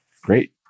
great